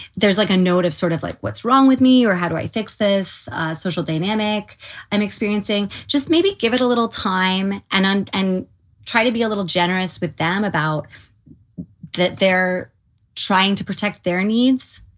there's like a note of sort of like what's wrong with me or how do i fix this social dynamic i'm experiencing, just maybe give it a little time and and try to be a little generous with them about that. they're trying to protect their needs,